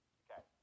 okay